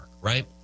right